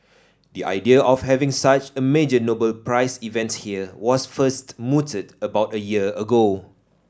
the idea of having such a major Nobel Prize event here was first mooted about a year ago